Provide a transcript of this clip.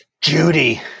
Judy